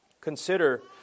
Consider